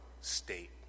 state